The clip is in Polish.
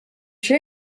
się